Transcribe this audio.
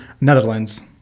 Netherlands